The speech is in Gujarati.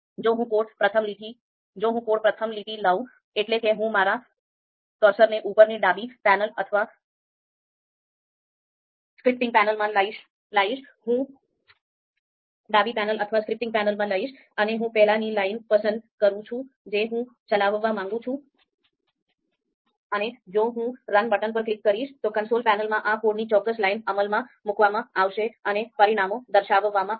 જો હું code પ્રથમ લીટી લઉં એટલે કે હું મારા કર્સરને ઉપરની ડાબી પેનલ અથવા સ્ક્રિપ્ટીંગ પેનલમાં લઈશ અને હું પહેલી લાઈન પસંદ કરું છું જે હું ચલાવવા માંગું છું અને જો હું રન બટન પર ક્લિક કરીશ તો console પેનલમાં આ કોડની ચોક્કસ લાઇન અમલમાં મૂકવામાં આવશે અને પરિણામો દર્શાવવામાં આવશે